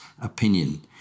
opinion